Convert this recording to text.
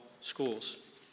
schools